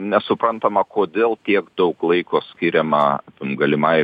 nesuprantama kodėl tiek daug laiko skiriama galimai